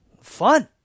Fun